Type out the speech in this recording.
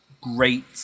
great